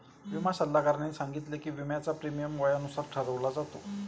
विमा सल्लागाराने सांगितले की, विम्याचा प्रीमियम वयानुसार ठरवला जातो